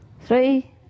Three